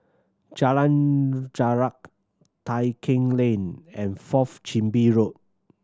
Jalan Jarak Tai Keng Lane and Fourth Chin Bee Road